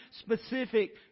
specific